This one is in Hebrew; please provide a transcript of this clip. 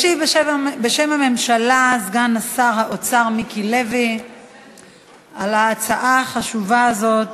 סגן שר האוצר מיקי לוי ישיב בשם הממשלה על ההצעה החשובה הזאת